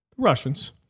Russians